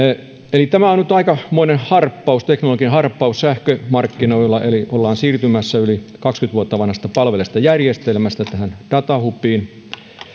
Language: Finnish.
eli tämä on on nyt aikamoinen harppaus teknologinen harppaus sähkömarkkinoilla eli ollaan siirtymässä yli kaksikymmentä vuotta palvelleesta järjestelmästä tähän datahubiin